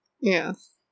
yes